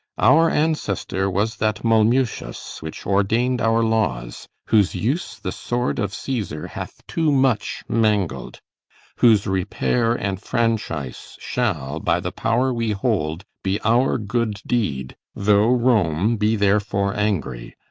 our ancestor was that mulmutius which ordain'd our laws whose use the sword of caesar hath too much mangled whose repair and franchise shall, by the power we hold, be our good deed, though rome be therefore angry.